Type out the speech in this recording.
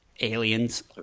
Aliens